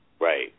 Right